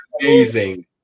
amazing